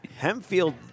Hemfield